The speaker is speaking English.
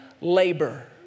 labor